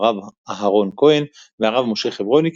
הרב אהרן כהן והרב משה חברוני,